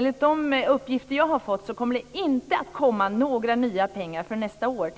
Enligt de uppgifter jag har fått kommer det inte att komma några nya pengar till